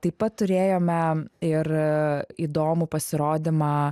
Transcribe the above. taip pat turėjome ir įdomų pasirodymą